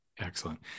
Excellent